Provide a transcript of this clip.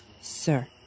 sir